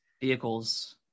Vehicles